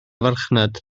farchnad